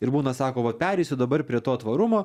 ir būna sako va pereisiu dabar prie to tvarumo